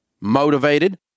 motivated